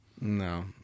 No